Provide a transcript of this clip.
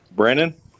Brandon